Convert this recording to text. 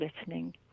listening